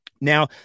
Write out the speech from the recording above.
Now